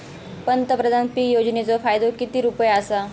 पंतप्रधान पीक योजनेचो फायदो किती रुपये आसा?